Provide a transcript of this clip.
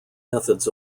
methods